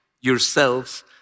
yourselves